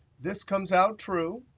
this comes out true.